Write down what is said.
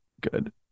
good